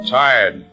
tired